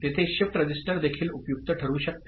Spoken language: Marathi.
तेथे शिफ्ट रजिस्टर देखील उपयुक्त ठरू शकते